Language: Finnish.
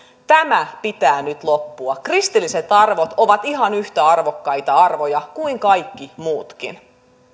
tämän pitää nyt loppua kristilliset arvot ovat ihan yhtä arvokkaita arvoja kuin kaikki muutkin